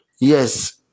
Yes